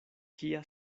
kia